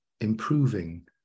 improving